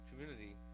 community